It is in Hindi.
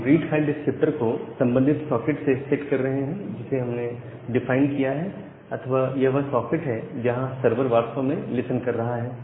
हम रीड फाइल डिस्क्रिप्टर को संबंधित सॉकेट से सेट कर रहे हैं जिसे हमने डिफाइन किया है अथवा यह वह सॉकेट है जहां सर्वर वास्तव में लिसन कर रहा है